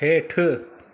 हेठि